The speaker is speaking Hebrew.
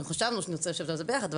חשבנו שנרצה לשבת על זה ביחד.